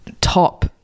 top